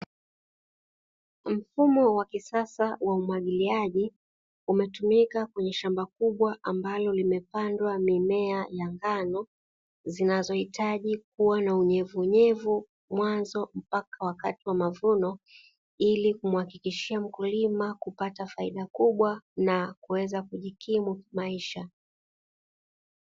Mfumo wa kisasa wa umwagiliaji umetumika kwenye shamba kubwa ambalo limepandwa mimea ya ngano, zinazohitaji kuwa na unyevunyevu mwanzo mpaka wakati wa mavuno ili kumhakikishia mkulima kupata faida kubwa na kuweza kujikimu kimaisha.